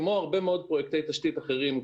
כמו הרבה מאוד פרוייקטי תשתית אחרים,